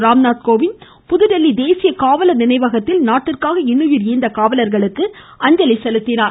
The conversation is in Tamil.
ராம்நாத் கோவிந்த் புதுதில்லி தேசிய காவலர் நினைவகத்தில் நாட்டிற்காக இன்னுயிர் ஈந்த காவலர்களுக்கு அஞ்சலி செலுத்தினார்